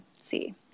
see